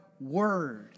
word